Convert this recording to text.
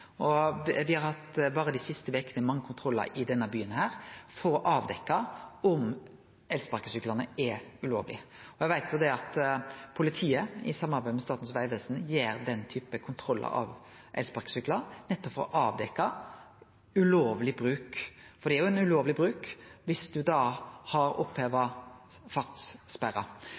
vekene har me hatt mange kontrollar i denne byen for å avdekkje om elsparkesyklane er ulovlege. Eg veit at politiet, i samarbeid med Statens vegvesen, gjer den typen kontrollar av elsparkesyklar nettopp for å avdekkje ulovleg bruk, for det er jo ulovleg bruk dersom ein har oppheva